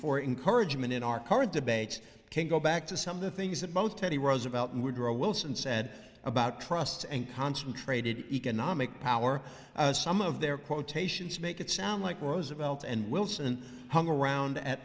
for encouragement in our current debates can go back to some of the things that most teddy roosevelt and woodrow wilson said about trusts and concentrated economic power some of their quotations make it sound like roosevelt and wilson hung around at